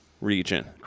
region